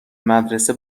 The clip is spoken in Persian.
مدرسه